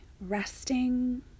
resting